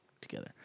together